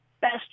best